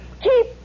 keep